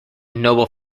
noble